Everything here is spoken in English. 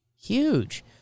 Huge